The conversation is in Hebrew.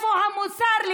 איפה המוסר,